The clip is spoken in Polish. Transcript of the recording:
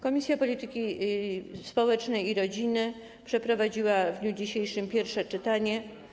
Komisja Polityki Społecznej i Rodziny przeprowadziła w dniu dzisiejszym pierwsze czytanie.